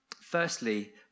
Firstly